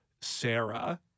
Sarah